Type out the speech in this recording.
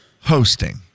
hosting